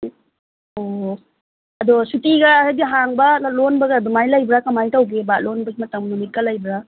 ꯑꯣ ꯑꯗꯣ ꯁꯨꯇꯤꯒ ꯍꯥꯏꯗꯤ ꯍꯥꯡꯕ ꯂꯣꯟꯕꯒ ꯑꯗꯨꯃꯥꯏꯅ ꯂꯩꯕ꯭ꯔꯥ ꯀꯃꯥꯏꯅ ꯇꯧꯒꯦꯕ ꯂꯣꯟꯕꯒꯤ ꯃꯇꯝ ꯅꯨꯃꯤꯠꯀ ꯂꯩꯕ꯭ꯔꯥ